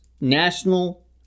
national